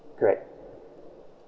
correct